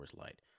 Light